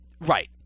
Right